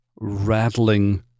rattling